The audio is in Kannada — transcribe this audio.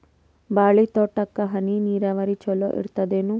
ಬಾಳಿ ತೋಟಕ್ಕ ಹನಿ ನೀರಾವರಿ ಚಲೋ ಇರತದೇನು?